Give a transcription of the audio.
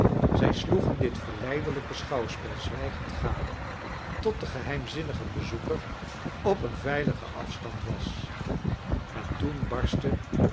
zij sloegen dit verleide lijke schouwspel zwijgend gade tot i de geheimzinnige bezoeker op een veiligen af stand was maar toen barstte